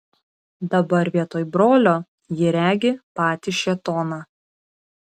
dabar vietoj brolio ji regi patį šėtoną